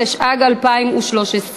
התשע"ג 2013,